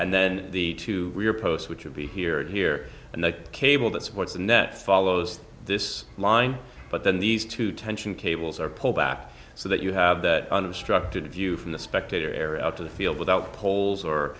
and then the to your post which would be here and here and the cable that supports the net follows this line but then these two tension cables are pulled back so that you have that unobstructed view from the spectator area out to the field without poles or